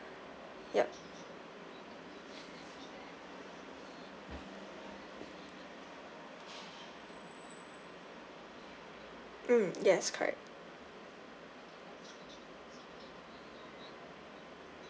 yup mm yes correct